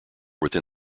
within